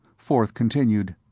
forth continued,